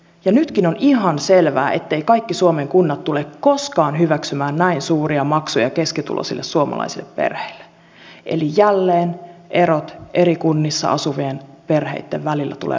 ja nytkin on ihan selvää etteivät kaikki suomen kunnat tule koskaan hyväksymään näin suuria maksuja keskituloisille suomalaisille perheille eli jälleen erot eri kunnissa asuvien perheitten välillä tulevat kasvamaan